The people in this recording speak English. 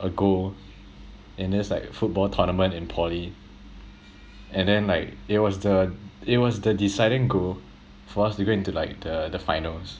a goal in this like football tournament in poly and then like it was the it was the deciding goal for us to go into like the the finals